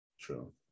True